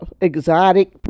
exotic